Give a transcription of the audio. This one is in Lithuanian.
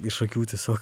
iš akių tiesiog